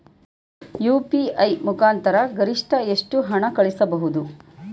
UPI ಮುಖಾಂತರ ಗರಿಷ್ಠ ಎಷ್ಟು ಹಣ ಕಳಿಸಬಹುದು?